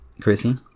Chrissy